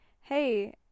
hey